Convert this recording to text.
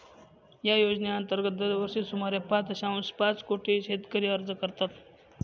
या योजनेअंतर्गत दरवर्षी सुमारे पाच दशांश पाच कोटी शेतकरी अर्ज करतात